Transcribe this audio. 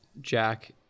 Jack